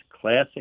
classic